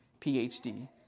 PhD